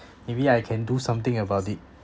maybe I can do something about it